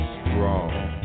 strong